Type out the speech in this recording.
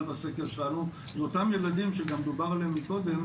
בסקר שלנו זה אותם ילדים שגם דובר עליהם מקודם,